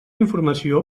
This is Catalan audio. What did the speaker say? informació